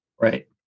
Right